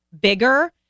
bigger